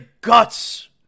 guts